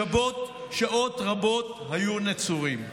שעות רבות היו נצורים.